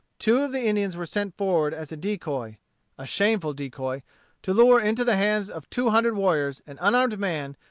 two of the indians were sent forward as a decoy a shameful decoy to lure into the hands of two hundred warriors an unarmed man,